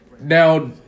Now